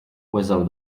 without